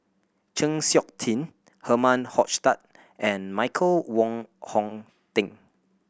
Chng Seok Tin Herman Hochstadt and Michael Wong Hong Teng